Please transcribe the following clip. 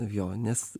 jo nes